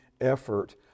effort